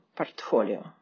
Portfolio